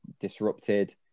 disrupted